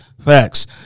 Facts